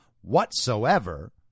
whatsoever